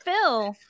phil